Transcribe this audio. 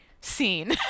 scene